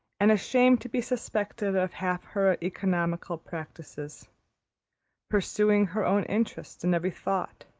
and ashamed to be suspected of half her economical practices pursuing her own interest in every thought,